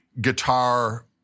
guitar